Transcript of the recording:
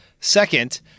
Second